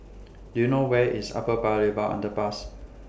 Do YOU know Where IS Upper Paya Lebar Underpass